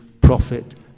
profit